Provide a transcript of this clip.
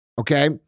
Okay